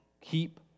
Keep